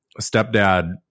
stepdad